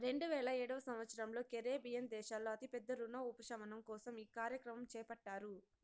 రెండువేల ఏడవ సంవచ్చరంలో కరేబియన్ దేశాల్లో అతి పెద్ద రుణ ఉపశమనం కోసం ఈ కార్యక్రమం చేపట్టారు